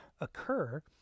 occur